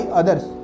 others